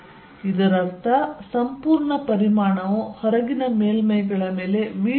ಮತ್ತು ಇದರರ್ಥ ಸಂಪೂರ್ಣ ಪರಿಮಾಣವು ಹೊರಗಿನ ಮೇಲ್ಮೈಗಳ ಮೇಲೆ v